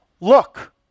Look